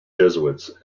jesuits